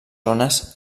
zones